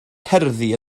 cerddi